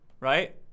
right